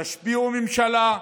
תשביעו ממשלה,